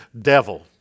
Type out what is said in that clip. devil